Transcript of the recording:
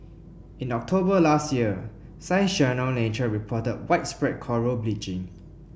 in October last year Science Journal Nature reported widespread coral bleaching